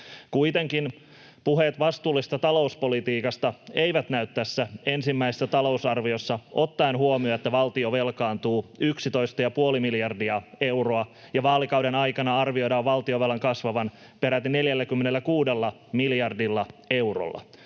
Kuitenkin puheet vastuullisesta talouspolitiikasta eivät näy tässä ensimmäisessä talousarviossa ottaen huomioon, että valtio velkaantuu 11,5 miljardia euroa ja vaalikauden aikana arvioidaan valtionvelan kasvavan peräti 46 miljardilla eurolla.